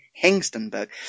hengstenberg